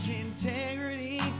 integrity